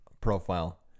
profile